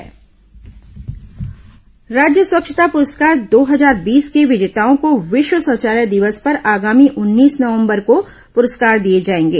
विश्व शौचालय दिवस पुरस्कार राज्य स्वच्छता पुरस्कार दो हजार बीस के विजेताओं को विश्व शौचालय दिवस पर आगामी उन्नीस नवंबर को पुरस्कार दिए जाएंगे